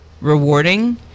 rewarding